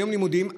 יום לימודים,